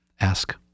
Ask